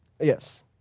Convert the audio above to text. Yes